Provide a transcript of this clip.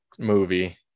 movie